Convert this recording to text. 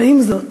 ועם זאת,